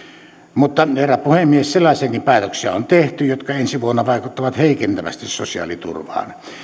mutta herra puhemies sellaisiakin päätöksiä on tehty jotka ensi vuonna vaikuttavat heikentävästi sosiaaliturvaan